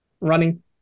running